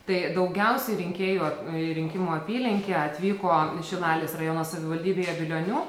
tai daugiausiai rinkėjų į rinkimų apylinkę atvyko šilalės rajono savivaldybėje bilionių